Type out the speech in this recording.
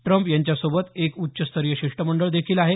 Trump यांच्यासोबत एक उच्चस्तरीय शिष्टमंडळदेखील आहे